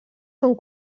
són